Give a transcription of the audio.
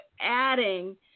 adding